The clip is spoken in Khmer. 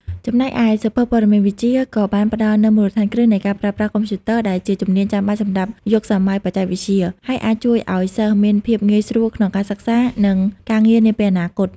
ចំណែកឯសៀវភៅ ព័ត៌មានវិទ្យា ក៏បានផ្ដល់នូវមូលដ្ឋានគ្រឹះនៃការប្រើប្រាស់កុំព្យូទ័រ ដែលជាជំនាញចាំបាច់សម្រាប់យុគសម័យបច្ចេកវិទ្យា ហើយអាចជួយឱ្យសិស្សមានភាពងាយស្រួលក្នុងការសិក្សា និងការងារនាពេលអនាគត។